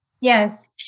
Yes